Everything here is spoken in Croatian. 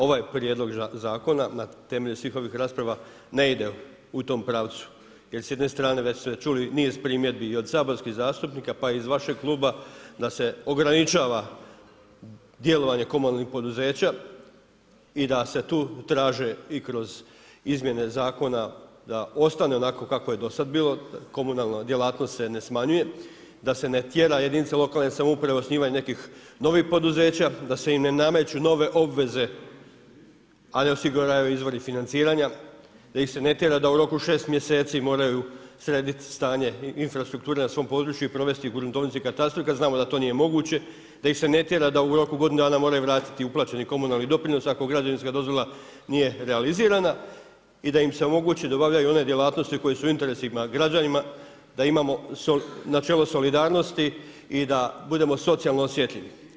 Ovaj prijedlog zakona na temelju svih ovih rasprava ne ide u tom pravcu jer s jedne strane već ste čuli niz primjedbi i od saborskih zastupnika pa i iz vašeg kluba da se ograničava djelovanje komunalnih poduzeća i da se tu traže i kroz izmjene zakona da ostane onako kako je do sada bilo, komunalna djelatnost se ne smanjuje, da se ne tjera jedinice lokalne samouprave u osnivanje novih poduzeća, da im se ne nameću nove obveze, a ne osiguravaju izvori financiranja, da ih se ne tjera da u roku od šest mjeseci moraju srediti stanje infrastrukture na svom području i provesti ih u gruntovnicu i katastru kada znamo da to nije moguće, da ih se ne tjera da u roku od godinu dana moraju vratiti uplaćeni komunalni doprinos ako građevinska dozvola realizirana i da im se omogući da obavljaju one djelatnosti koje su u interesu građanima, da imamo načelo solidarnosti i da budemo socijalno osjetljivi.